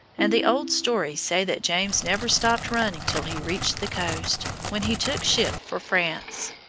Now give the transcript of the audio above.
and the old stories say that james never stopped running till he reached the coast, when he took ship for france!